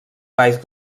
valls